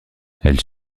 elle